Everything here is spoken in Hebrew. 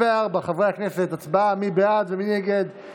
קבוצת סיעת יהדות התורה וקבוצת סיעת